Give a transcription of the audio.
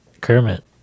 kermit